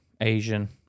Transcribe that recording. Asian